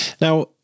Now